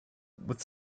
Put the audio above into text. with